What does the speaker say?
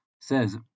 says